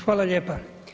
Hvala lijepa.